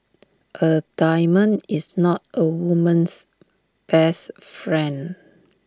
A diamond is not A woman's best friend